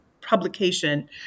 publication